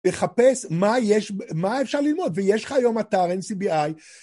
לחפש מה יש, מה אפשר ללמוד, ויש לך היום אתר NCBI.